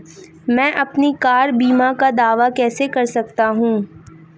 मैं अपनी कार बीमा का दावा कैसे कर सकता हूं?